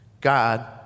God